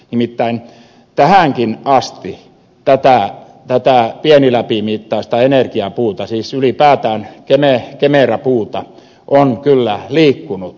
nimittäin tähänkin asti tätä pieniläpimittaista energiapuuta siis ylipäätään kemera puuta on kyllä liikkunut